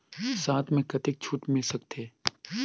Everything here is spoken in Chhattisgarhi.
साथ म कतेक छूट मिल सकथे?